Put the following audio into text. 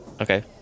Okay